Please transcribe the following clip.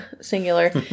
singular